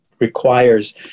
requires